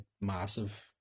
massive